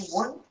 one